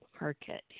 market